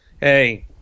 Hey